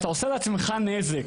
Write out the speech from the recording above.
אתה עושה לעצמך נזק,